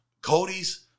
Cody's